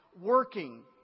working